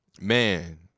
Man